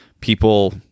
people